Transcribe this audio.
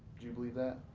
do you believe that?